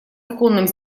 оконным